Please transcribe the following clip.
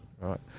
right